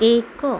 एक